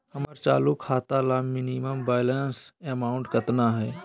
हमर चालू खाता ला मिनिमम बैलेंस अमाउंट केतना हइ?